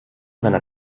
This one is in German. seiner